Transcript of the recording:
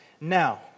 Now